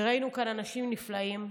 וראינו כאן אנשים נפלאים,